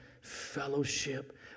fellowship